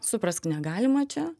suprask negalima čia